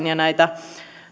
ja näitä